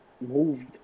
moved